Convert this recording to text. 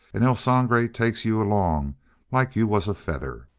and el sangre takes you along like you was a feather.